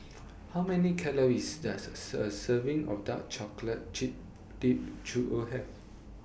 How Many Calories Does A A Serving of Dark Chocolate Chip Dipped Churro Have